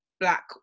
black